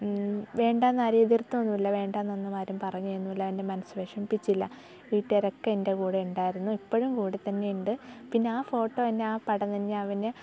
വേണ്ടായെന്നാരും എതിർത്തൊന്നുമില്ല വേണ്ടാന്നൊന്നും ആരും പറഞ്ഞൊന്നുമില്ല എൻ്റെ മനസ്സ് വിഷമിപ്പിച്ചില്ല വീട്ടുകാരൊക്കെ എൻ്റെ കൂടെ ഉണ്ടായിരുന്നു ഇപ്പോഴും കൂടെ തന്നെ ഉണ്ട് പിന്നെ ആ ഫോട്ടോ തന്നെ ആ പടം തന്നെ പിന്നെ